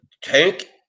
tank